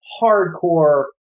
hardcore